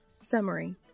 Summary